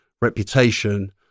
reputation